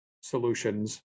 solutions